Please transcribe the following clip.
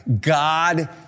God